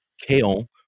kale